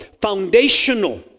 foundational